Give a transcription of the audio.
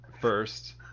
first